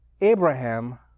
Abraham